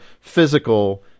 physical